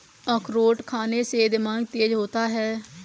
अखरोट खाने से दिमाग तेज होता है